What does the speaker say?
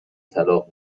طلاق